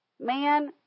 Man